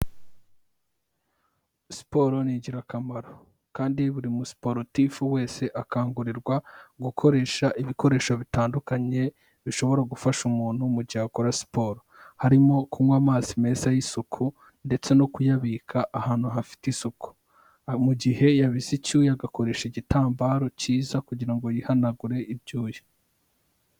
Siporo ni ingirakamaro, kandi buri mu siporotifu wese akangurirwa gukoresha ibikoresho bitandukanye, bishobora gufasha umuntu mu gihe akora siporo, harimo kunywa amazi meza y'isuku, ndetse no kuyabika ahantu hafite isuku, mu gihe yabize icyuya agakoresha igitambaro cyiza kugira ngo yihanagure ibyuya.